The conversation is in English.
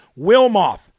Wilmoth